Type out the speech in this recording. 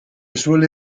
suele